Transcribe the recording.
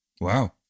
Wow